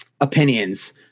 opinions